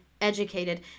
educated